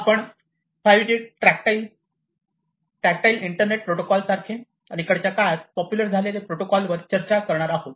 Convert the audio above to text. आपण 5G tactile internet protocol सारखे अलीकडच्या काळात पॉप्युलर झालेले प्रोटोकॉल चर्चा करणार आहोत